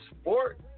sport